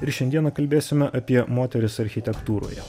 ir šiandieną kalbėsime apie moteris architektūroje